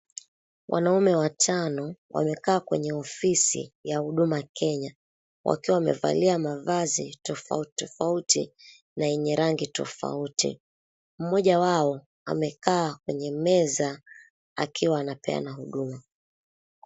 Wanaume watano wamekaa kwenye ofisi ya Huduma Kenya wakiwa wamevalia mavazi tofauti tofauti na yenye rangi tofauti. Mmoja wao amekaa kwenye meza akiwa anapeana huduma.